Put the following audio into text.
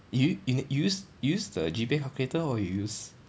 you you you use you use the G_P_A calculator or you use